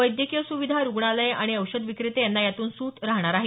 वैद्यकीय सुविधा रुग्णालय आणि औषध विक्रेते यांना यातून सूट राहणार आहे